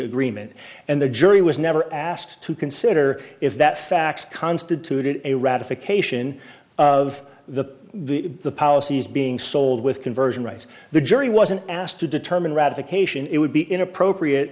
agreement and the jury was never asked to consider if that facts constituted a ratification of the the policies being sold with conversion rights the jury wasn't asked to determine ratification it would be inappropriate